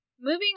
moving